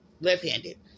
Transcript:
left-handed